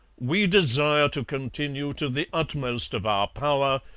we desire to continue, to the utmost of our power,